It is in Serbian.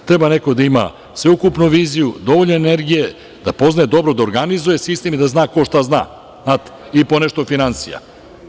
Treba neko da ima sveukupnu viziju, dovoljno energije, da poznaje dobro da organizuje sistem i da zna ko, šta zna i ponešto o finansijama.